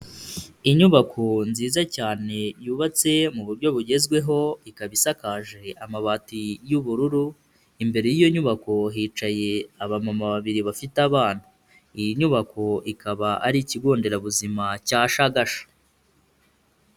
Inyubako nziza cyane, yubatse mu buryo bugezweho, ikaba isakaje amabati y'ubururu, imbere y'iyo nyubako hicaye abamama babiri bafite abana. Iyi nyubako ikaba ari ikigo nderabuzima cya Shagasha.